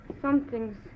Something's